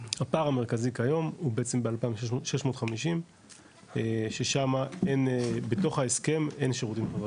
הפער המרכזי כיום הוא בעצם ב-2650 ששמה בתוך ההסכם אין שירותים חברתיים,